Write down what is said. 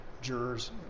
jurors